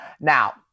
Now